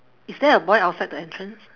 is there a boy outside the entrance